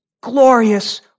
glorious